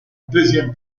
deuxième